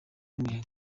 n’umuyaga